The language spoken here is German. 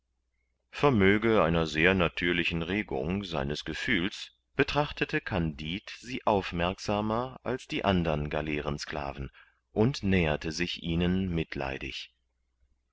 vermöge einer sehr natürlichen regung seines gefühls betrachtete kandid sie aufmerksamer als die andern galeerensklaven und näherte sich ihnen mitleidig